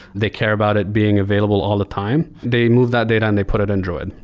they care about it being available all the time. they move that data and they put it in druid.